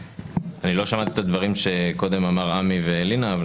לא שמעתי את הדברים שקודם אמרו עמי ולינא.